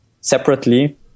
separately